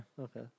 Okay